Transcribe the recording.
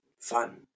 fun